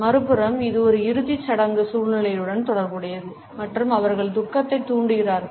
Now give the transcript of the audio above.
மறுபுறம் இது ஒரு இறுதிச் சடங்கு சூழ்நிலையுடனும் தொடர்புடையது மற்றும் அவர்கள் துக்கத்தைத் தூண்டுகிறார்கள்